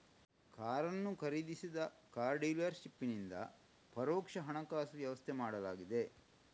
ಕಾರನ್ನು ಖರೀದಿಸಿದ car dealer ಶಿಪ್ಪಿನಿಂದ ಪರೋಕ್ಷ ಹಣಕಾಸು ವ್ಯವಸ್ಥೆ ಮಾಡಲಾಗಿದೆ